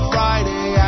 Friday